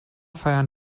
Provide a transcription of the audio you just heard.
feiern